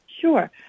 Sure